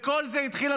כל זה התחיל,